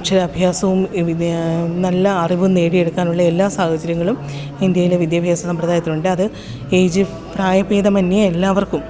അക്ഷരാഭ്യാസവും നല്ല അറിവും നേടിയെടുക്കാനുള്ള എല്ലാ സൗഹചര്യങ്ങളും ഇന്ത്യയിലെ വിദ്യാഭ്യാസ സമ്പ്രദായത്തിനുണ്ട് അത് എയ്ജ് പ്രായഭേദമന്യേ എല്ലാവർക്കും